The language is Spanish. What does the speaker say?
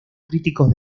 críticos